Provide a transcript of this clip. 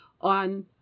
on